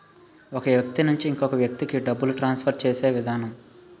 ఒక వ్యక్తి నుంచి ఇంకొక వ్యక్తికి డబ్బులు ట్రాన్స్ఫర్ చేసే విధానం